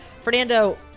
Fernando